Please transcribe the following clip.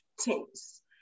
teams